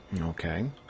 Okay